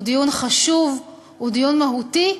הוא דיון חשוב, הוא דיון מהותי,